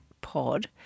pod